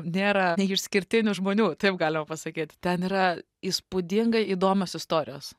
nėra neišskirtinių žmonių taip galima pasakyt ten yra įspūdingai įdomios istorijos